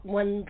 one